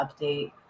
update